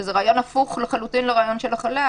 שזה רעיון הפוך לרעיון של הכלה.